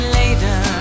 later